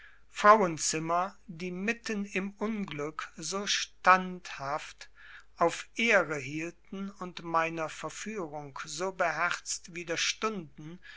frauenzimmer die mitten im unglück so standhaft auf ehre hielten und meiner verführung so beherzt